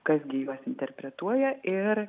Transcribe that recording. kas gi juos interpretuoja ir